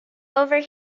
over